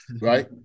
right